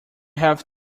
have